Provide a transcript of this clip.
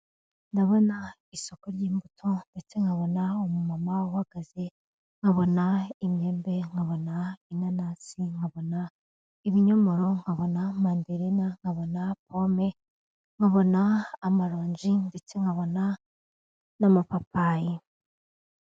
Ndabona isoko ry'imbuto, ndetse nkabona umumama uhagaze, nkabona inyembe, nkabona inanasi, nkabona ibinyomoro, nkabona manderina, nkabona pome, nkabona amaronji ndetse nkabona n'amapapayi.